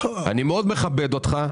אני מאוד מכבד אותך,